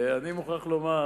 אני מוכרח לומר